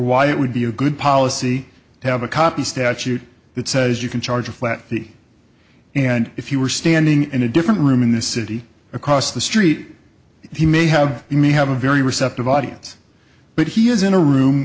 why it would be a good policy to have a copy statute that says you can charge a flat fee and if you were standing in a different room in the city across the street he may have you may have a very receptive audience but he is in a room